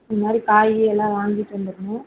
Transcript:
இந்த மாதிரி காய் எல்லாம் வாங்கிகிட்டு வந்துடணும்